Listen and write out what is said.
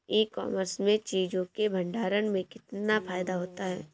ई commerce में चीज़ों के भंडारण में कितना फायदा होता है?